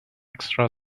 extra